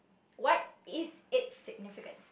what is it significance